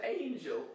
angel